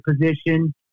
position